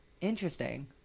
interesting